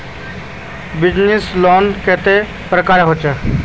Business loan कतेला प्रकारेर होचे?